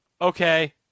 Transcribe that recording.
Okay